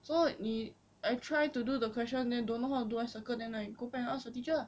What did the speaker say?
so 你 I try to do the question then don't know how to do I circle then I go back ask teacher lah